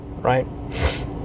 right